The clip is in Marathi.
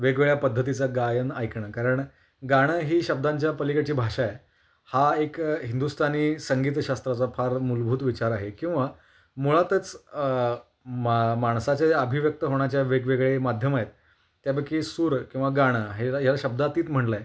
वेगवेगळ्या पद्धतीचं गायन ऐकणं कारण गाणं ही शब्दांच्या पलीकडची भाषा आहे हा एक हिंदुस्तानी संगीतशास्त्राचा फार मूलभूत विचार आहे किंवा मुळातच मा माणसाच्या ज्या अभिव्यक्त होण्याच्या वेगवेगळे माध्यमं आहेत त्यापैकी सूर किंवा गाणं हे ह याला शब्दातीत म्हटलं आहे